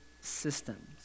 systems